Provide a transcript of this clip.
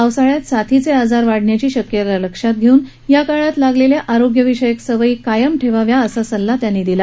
पावसाळ्यात साथीचे आजार वाढण्याची शक्यता लक्षात घेऊन या काळात लागलेल्या आरोग्यविषयक सवयी कायम ठेवाव्यात असा सल्लाही त्यांनी दिला